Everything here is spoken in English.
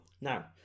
Now